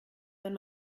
wenn